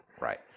Right